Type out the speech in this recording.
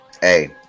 Hey